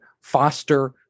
foster